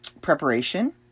preparation